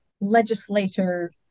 legislator